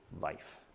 life